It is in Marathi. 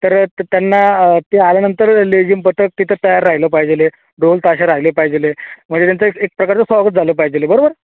तर त् त्यांना ते आल्यानंतर लेझीम पथक तिथं तयार राहिलं पाहिजेल आहे ढोल ताशा राहिले पाहिजेल आहे म्हणजे त्यांचं एक् एकप्रकारचं स्वागत झालं पाहिजेल आहे बरोबर